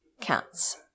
cats